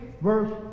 verse